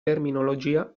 terminologia